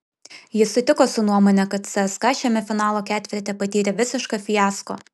jis sutiko su nuomone kad cska šiame finalo ketverte patyrė visišką fiasko